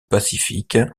pacifique